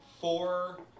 four